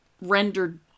rendered